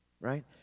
right